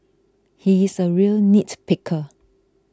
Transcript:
he is a real nitpicker